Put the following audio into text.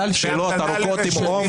שאלות ארוכות עם עומק